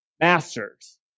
masters